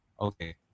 okay